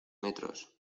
metros